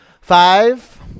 Five